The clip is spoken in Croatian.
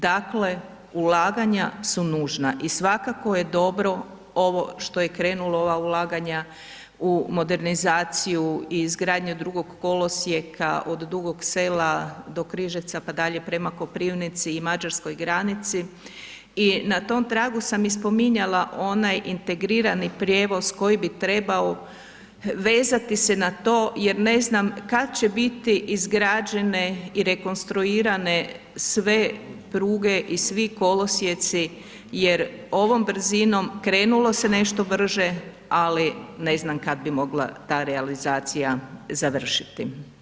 Dakle ulaganja su nužna i svakako je dobro ovo što je krenulo ova ulaganja u modernizaciju i izgradnje drugog kolosijeka od Dugog Sela do Križevca pa dalje prema Koprivnici i Mađarskoj granici i na tom tragu sam spominjala onaj integrirani prijevoz koji bi trebao vezati se na to jer ne znam kad će biti izgrađene i rekonstruirane sve pruge i svi kolosijeci jer ovom brzinom, krenulo se nešto brže, ali ne znam kad bi mogla ta realizacija završiti.